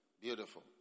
Beautiful